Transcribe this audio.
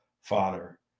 Father